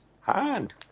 hand